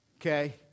okay